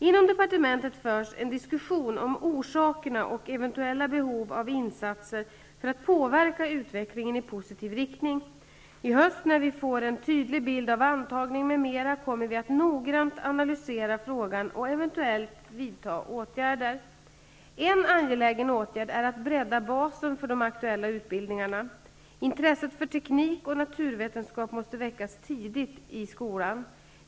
Inom departementet förs en diskussion om orsakerna och eventuella behov av insatser för att påverka utvecklingen i positiv riktning. I höst när vi får en tydlig bild av antagning m.m. kommer vi att noggrant analysera frågan och eventuellt vidta åtgärder. En angelägen åtgärd är att bredda basen för de aktuella utbildningarna. Intresset för teknik och naturvetenskap måste väckas tidigt i skolan.